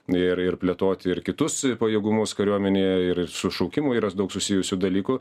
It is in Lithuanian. ir ir plėtoti ir kitus pajėgumus kariuomenėje ir sušaukimu yras daug susijusių dalykų